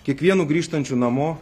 kiekvienu grįžtančiu namo